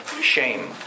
shame